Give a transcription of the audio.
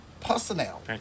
personnel